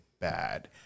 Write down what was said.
bad